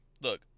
Look